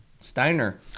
Steiner